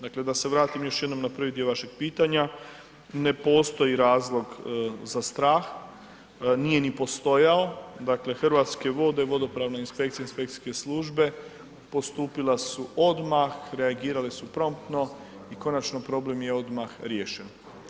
Dakle, da se vratim još jednom na prvi dio vašeg pitanja, ne postoji razlog za strah, nije ni postojao, dakle Hrvatske vode, vodopravna inspekcija, inspekcijske službe postupile su odmah, reagirale su promptno i konačno problem je odmah riješen.